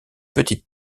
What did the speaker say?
petite